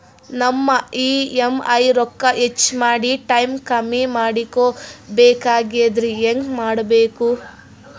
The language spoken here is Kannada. ನಮ್ಮ ಇ.ಎಂ.ಐ ರೊಕ್ಕ ಹೆಚ್ಚ ಮಾಡಿ ಟೈಮ್ ಕಮ್ಮಿ ಮಾಡಿಕೊ ಬೆಕಾಗ್ಯದ್ರಿ ಹೆಂಗ ಮಾಡಬೇಕು?